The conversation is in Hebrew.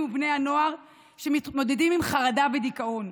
ובני הנוער שמתמודדים עם חרדה ודיכאון.